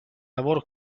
lavoro